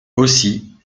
aussi